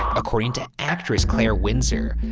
according to actress clair windsor,